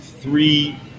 three